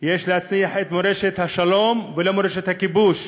יש להנציח את מורשת השלום ולא את מורשת הכיבוש,